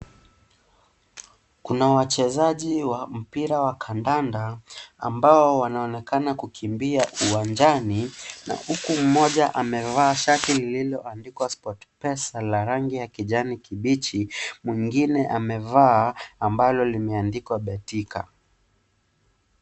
Kuna wachezaji wa mpira wa kandanda ambao wanaonekana kukimbia uwanjani, huku mmoja amevaa shati lililoandikwa spot pesa ya rangi ya kijani kibichi na mwingine amevaa ambalo limeandikwa betika.